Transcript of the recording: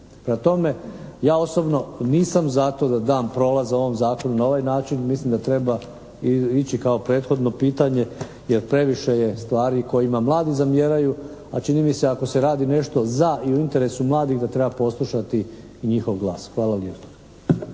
Prema tome ja osobno nisam za to da dam prolaz ovom zakonu na ovaj način, mislim da treba ići kao prethodno pitanje jer previše je stvari kojima mladi zamjeraju, a čini mi se ako se radi nešto za i u interesu mladih da treba poslušati i njihov glas. Hvala lijepa.